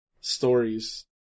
stories